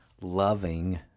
loving